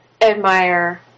admire